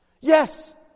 Yes